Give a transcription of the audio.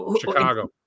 Chicago